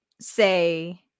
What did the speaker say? say